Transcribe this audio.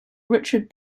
richard